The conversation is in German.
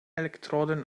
elektroden